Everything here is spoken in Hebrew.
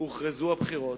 שהוכרזו הבחירות,